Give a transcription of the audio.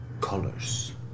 colors